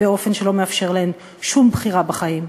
באופן שלא מאפשר להן שום בחירה בחיים.